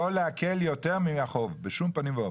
לא לעקל יותר מהחוב בשום פנים ואופן.